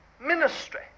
ministry